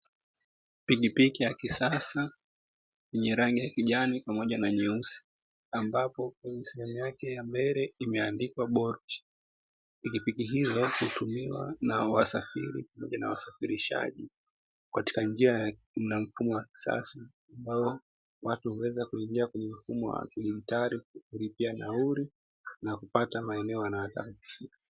Pikipiki ya kisasa yenye rangi ya kijani na nyeusi pambapo sehemu yake ya mbele imeandikwa bolti, pikipiki hizo hutumia wasafiri pamoja na wasafirishaji katika njia na mfumo wa kisasa. Ambao watu huweza kuingia kwenye mfumo wa kidigitari na kulipia nauli na kupata maeneo waotaka kufika.